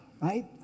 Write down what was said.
right